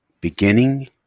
beginning